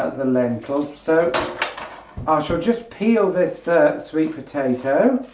the lentil so i shall just peel this ah sweet potato